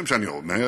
דברים שאני אומר